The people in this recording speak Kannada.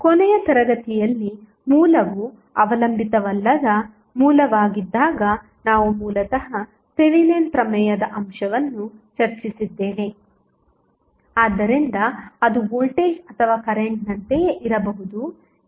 ಆದ್ದರಿಂದ ಕೊನೆಯ ತರಗತಿಯಲ್ಲಿ ಮೂಲವು ಅವಲಂಬಿತವಲ್ಲದ ಮೂಲವಾಗಿದ್ದಾಗ ನಾವು ಮೂಲತಃ ಥೆವೆನಿನ್ ಪ್ರಮೇಯದ ಅಂಶವನ್ನು ಚರ್ಚಿಸಿದ್ದೇವೆ ಆದ್ದರಿಂದ ಅದು ವೋಲ್ಟೇಜ್ ಅಥವಾ ಕರೆಂಟ್ ನಂತೆಯೇ ಇರಬಹುದು ಎರಡೂ ಸ್ವತಂತ್ರ ಮೂಲಗಳಾಗಿವೆ